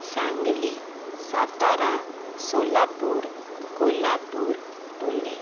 Sangli Satara Solapur Kolhapur Pune